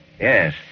Yes